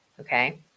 Okay